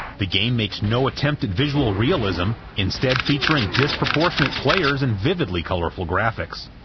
the game makes no attempt at visual realism, instead featuring disproportionate players and vivdly-colorful graphics.